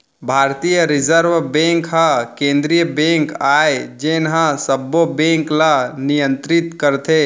भारतीय reserve bank ह केंद्रीय बेंक आय जेन ह सबो बेंक ल नियतरित करथे